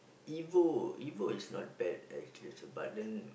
Evo Evo is not bad actually but then